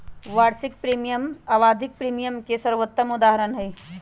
वार्षिक प्रीमियम आवधिक प्रीमियम के सर्वोत्तम उदहारण हई